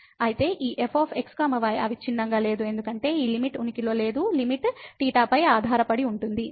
కాబట్టి ఈ f x y అవిచ్ఛిన్నంగా లేదు ఎందుకంటే ఈ లిమిట్ ఉనికిలో లేదు లిమిట్ θ పై ఆధారపడి ఉంటుంది